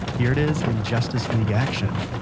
here it is in justice league action,